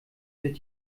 wird